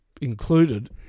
included